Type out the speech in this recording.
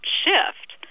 shift